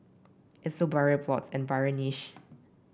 it sold burial plots and burial niches